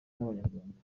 n’abanyarwanda